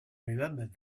remembered